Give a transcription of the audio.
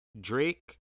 Drake